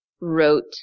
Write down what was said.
wrote